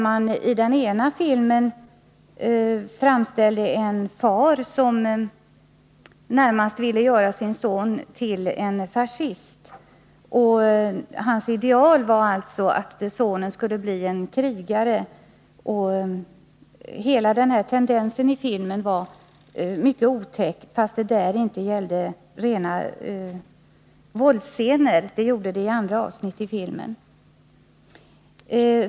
I den ena filmen framställdes en far som närmast ville göra sin son till fascist. Hans ideal var att sonen skulle bli krigare. Hela denna tendens i filmen var mycket otäck, trots att det inte gällde rena våldsscener — sådana fanns dock i andra avsnitt av filmen.